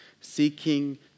seeking